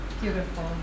beautiful